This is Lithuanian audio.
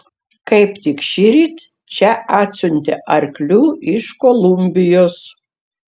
kaip tik šįryt čia atsiuntė arklių iš kolumbijos